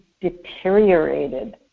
deteriorated